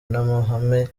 n’amahame